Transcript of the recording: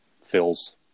fills